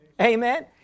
Amen